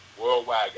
Worldwide